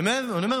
אני אומר,